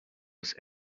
was